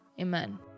amen